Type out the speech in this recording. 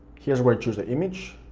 here's where i choose the image.